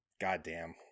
goddamn